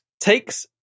takes